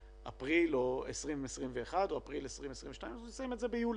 באפריל 2021 או אפריל 2022 אז הוא יסיים את זה ביולי,